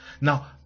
Now